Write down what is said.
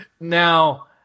now